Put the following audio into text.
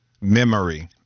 memory